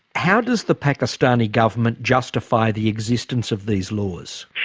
how does the pakistani government justify the existence of these laws?